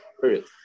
Period